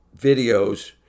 videos